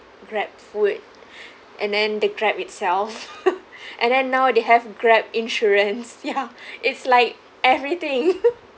Grabfood and then the Grab itself and then now they have Grab insurance ya it's like everything